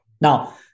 Now